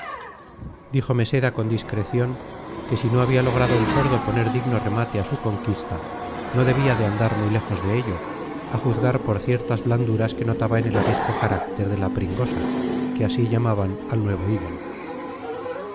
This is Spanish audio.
arapiles díjome seda con discreción que si no había logrado el sordo poner digno remate a su conquista no debía de andar muy lejos de ello a juzgar por ciertas blanduras que notaba en el arisco carácter de la pringosa que así llamaban al nuevo ídolo